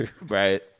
Right